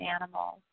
animals